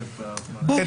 בעובדות.